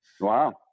Wow